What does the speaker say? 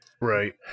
Right